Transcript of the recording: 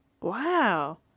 Wow